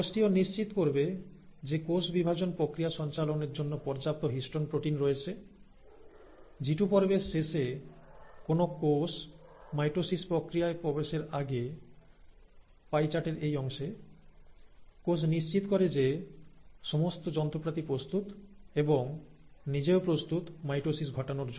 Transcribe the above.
কোষটিও নিশ্চিত করবে যে কোষ বিভাজন প্রক্রিয়া সঞ্চালনের জন্য পর্যাপ্ত হিস্টোন প্রোটিন রয়েছে জিটু পর্বের শেষে কোন কোষ মাইটোসিস প্রক্রিয়ায় প্রবেশের আগে পাই চার্ট এর এই অংশে কোষ নিশ্চিত করে যে সমস্ত যন্ত্রপাতি প্রস্তুত এবং নিজেও প্রস্তুত মাইটোসিস ঘটানোর জন্য